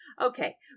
Okay